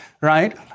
right